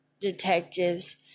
detectives